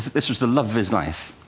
this was the love of his life,